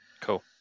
cool